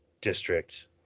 district